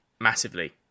massively